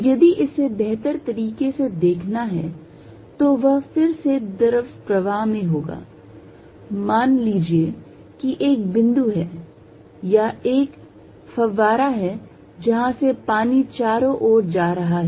यदि इसे बेहतर तरीके से देखना है तो वह फिर से द्रव प्रवाह में होगा माना लीजिए कि एक बिंदु है या एक फव्वारा है जहां से पानी चारों ओर जा रहा है